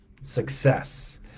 success